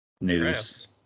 news